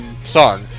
song